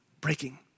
breaking